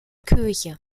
kirche